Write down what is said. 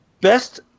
Best